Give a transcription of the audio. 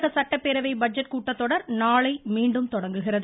தமிழக சட்டப்பேரவை பட்ஜெட் கூட்டத்தொடர் நாளை மீண்டும் தொடங்குகிறது